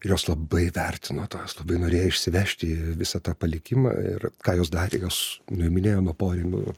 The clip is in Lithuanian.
jos labai vertino tuos labai norėjo išsivežti į visą tą palikimą ir ką jos darė kas nuiminėjo nuo porinių